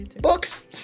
Books